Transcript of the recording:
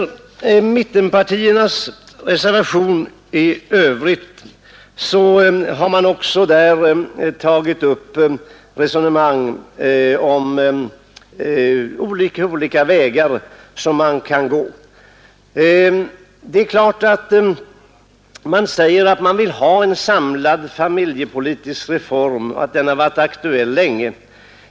I mittenpartiernas reservation har det också tagits upp ett resonemang om olika linjer som man kan följa. Man säger att man vill ha en samlad familjepolitisk reform och att den har varit aktuell länge.